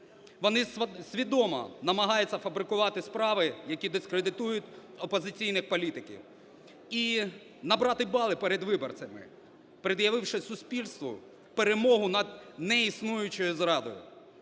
Вони свідомо намагаються фабрикувати справи, які дискредитують опозиційних політиків, і набрати бали перед виборцями, пред'явивши суспільству перемогу над неіснуючою зрадою.